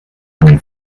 einen